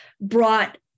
brought